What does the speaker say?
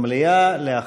מס'